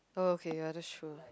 oh okay ya that's true